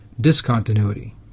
discontinuity